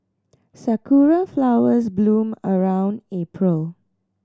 sakura flowers bloom around April